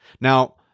Now